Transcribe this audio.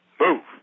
move